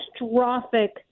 catastrophic